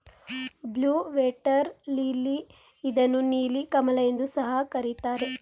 blue water lily ಇದನ್ನು ನೀಲಿ ಕಮಲ ಎಂದು ಸಹ ಕರಿತಾರೆ